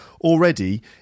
already